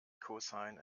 cosine